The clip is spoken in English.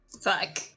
Fuck